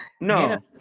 No